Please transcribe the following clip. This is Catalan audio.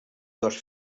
dos